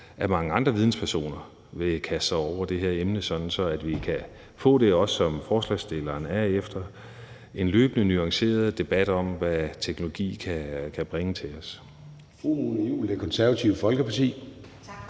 at mange andre videnspersoner vil kaste sig over det her emne, sådan at vi også kan få det, som forslagsstillerne er ude efter: en løbende, nuanceret debat om, hvad teknologi kan bringe til os.